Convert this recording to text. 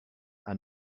are